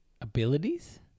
abilities